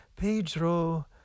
Pedro